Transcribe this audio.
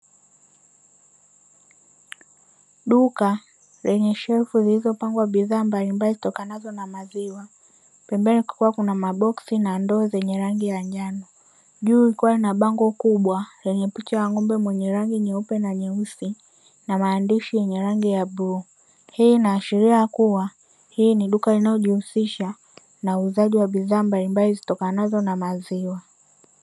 Duka lenye shelfu zilizopangwa bidhaa mbalimbali zitokanazo na maziwa, pembeni kukiwa na maboksi na ndoo zenye rangi ya njano. Juu likiwa lina bango kubwa lenye picha ya ng'ombe mwenye rangi nyeupe na nyeusi, na maandishi yenye rangi ya bluu. Hii inaashira kuwa, hili ni duka linalojihusisha na uuzaji wa bidhaa mbalimbali zitokanazo na maziwa.